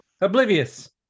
oblivious